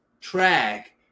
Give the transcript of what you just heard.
track